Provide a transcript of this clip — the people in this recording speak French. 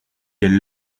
elle